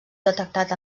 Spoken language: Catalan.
detectat